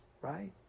right